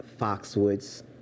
Foxwoods